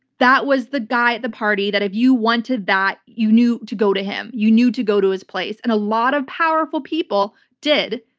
that was the guy at the party that if you wanted that, you knew to go to him. you knew to go to his place, and a lot of powerful people did.